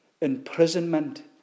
imprisonment